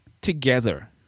together